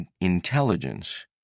intelligence